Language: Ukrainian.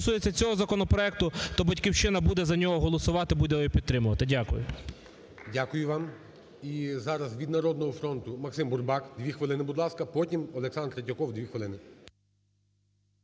А що стосується цього законопроекту, то "Батьківщина" буде за нього голосувати, буде його підтримувати. Дякую.